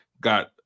got